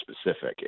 specific